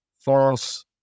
false